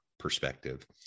Perspective